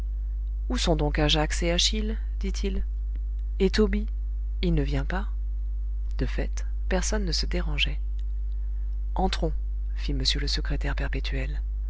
où sont donc ajax et achille dit-il et tobie il ne vient pas de fait personne ne se dérangeait entrons fit m le secrétaire perpétuel